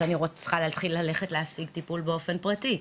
אז אני צריכה להשיג טיפול באופן פרטי,